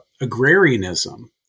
agrarianism